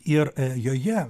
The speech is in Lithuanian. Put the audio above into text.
ir joje